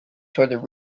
towards